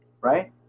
Right